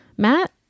Matt